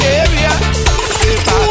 area